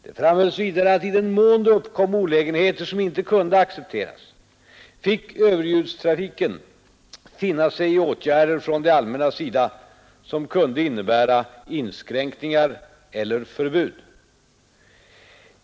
Det framhölls vidare att i den mån det uppkom olägenheter, som inte kunde accepteras, fick överljudstrafiken finna sig i åtgärder från det allmännas sida som kunde innebära inskränkningar eller förbud.